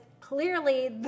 clearly